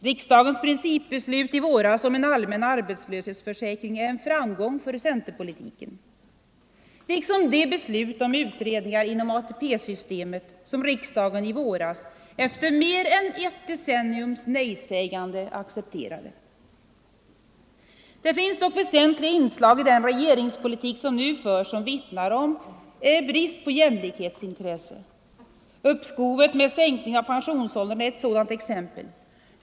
Riksdagens principbeslut i våras om en allmän arbetslöshetsförsäkring är en framgång för centerpolitiken, liksom de beslut om utredningar inom ATP-systemet som riksdagen i våras efter mer än ett decenniums nej-sägande accepterade. Det finns dock väsentliga inslag i den regeringspolitik som nu förs som vittnar om brist på jämlikhetsintresse. Uppskovet med sänkningen av pensionsåldern är ett sådant exempel.